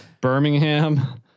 Birmingham